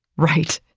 right,